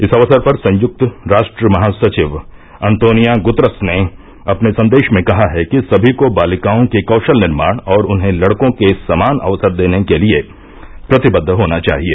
इस अवसर पर संयुक्त राष्ट्र महासचिव अंतोनिया गुतरश ने अपने संदेश में कहा है कि समी को बालिकाओं के कौशल निर्माण और उन्हें लड़कों के समान अवसर देने के लिए प्रतिबद्ध होना चाहिए